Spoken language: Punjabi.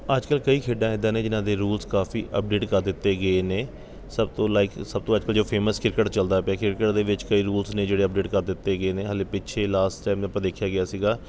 ਅੱਜ ਕੱਲ੍ਹ ਕਈ ਖੇਡਾਂ ਐਦਾਂ ਨੇ ਜਿਨ੍ਹਾਂ ਦੇ ਰੂਲਸ ਕਾਫ਼ੀ ਅੱਪਡੇਟ ਕਰ ਦਿੱਤੇ ਗਏ ਨੇ ਸਭ ਤੋਂ ਲਾਈਕ ਸਭ ਤੋਂ ਅੱਜ ਕੱਲ੍ਹ ਜੋ ਫੇਮਸ ਕ੍ਰਿਕੇਟ ਚਲਦਾ ਪਿਆ ਕ੍ਰਿਕੇਟ ਦੇ ਵਿੱਚ ਕਈ ਰੂਲਸ ਨੇ ਜਿਹੜੇ ਅੱਪਡੇਟ ਕਰ ਦਿੱਤੇ ਗਏ ਨੇ ਹਜੇ ਪਿੱਛੇ ਲਾਸਟ ਟਾਇਮ ਆਪਾਂ ਦੇਖਿਆ ਗਿਆ ਸੀਗਾ